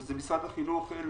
למשרד החינוך אין